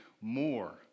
more